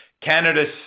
Canada's